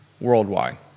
Worldwide